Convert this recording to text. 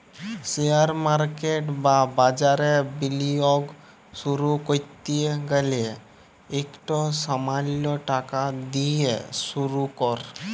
share market বা বাজারে বিলিয়গ শুরু ক্যরতে গ্যালে ইকট সামাল্য টাকা দিঁয়ে শুরু কর